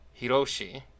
Hiroshi